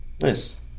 Nice